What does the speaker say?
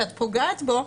שאת פוגעת בו,